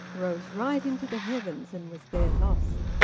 rose right into the heavens and was there lost.